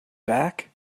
back